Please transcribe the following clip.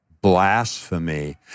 blasphemy